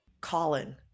Colin